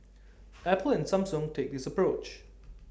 Apple and Samsung take this approach